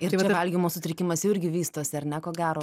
ir čia valgymo sutrikimas jau irgi vystosi ar ne ko gero